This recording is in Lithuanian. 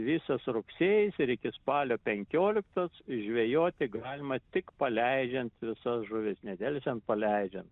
visas rugsėjis ir iki spalio penkioliktos žvejoti galima tik paleidžiant visas žuvis nedelsiant paleidžiant